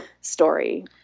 story